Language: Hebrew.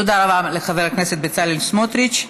תודה רבה לחבר הכנסת בצלאל סמוטריץ.